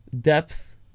depth